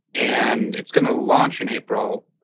and it's gonna launch in april.